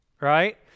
right